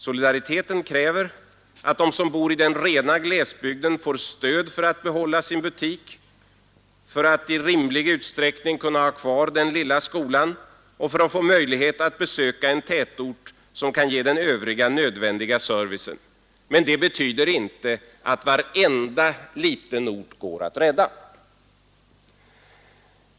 Solidariteten kräver att de som bor i den rena glesbygden får stöd för att behålla sin butik, för att i rimlig utsträckning kunna ha kvar den lilla skolan och för att få möjlighet att besöka en tätort som kan ge den övriga nödvändiga servicen. Men det betyder inte att varenda liten ort går att rädda.